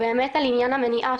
באמת על עניין המניעה,